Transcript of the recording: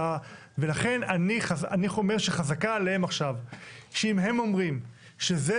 ולכן אני אומר שחזקה עליהם עכשיו שאם הם אומרים שזה